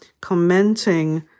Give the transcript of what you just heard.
commenting